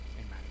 Amen